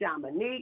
Dominique